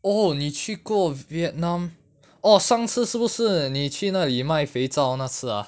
oh 你去过 vietnam orh 上次是不是你去哪里卖肥皂那次 ah